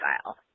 style